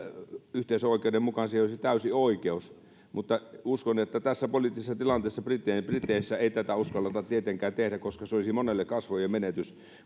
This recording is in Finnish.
yhteisön oikeuden mukaan siihen olisi täysi oikeus mutta uskon että tässä poliittisessa tilanteessa briteissä briteissä ei tätä uskalleta tietenkään tehdä koska se olisi monelle kasvojen menetys